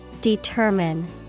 Determine